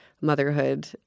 motherhood